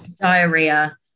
Diarrhea